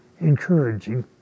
encouraging